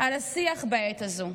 על השיח בעת הזו.